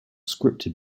scripted